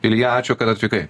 ilja ačiū kad atvykai